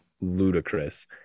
ludicrous